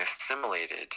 assimilated